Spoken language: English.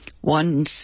One